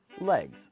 legs